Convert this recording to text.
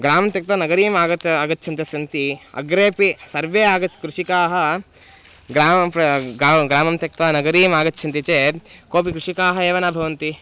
ग्रामं त्यक्त्वा नगरीम् आगत्य आगच्छन्तस्सन्ति अग्रेपि सर्वे आगच्छ कृषिकाः ग्रामं प्र ग्रामं त्यक्त्वा नगरीम् आगच्छन्ति चेत् कोपि कृषिकाः एव न भवन्ति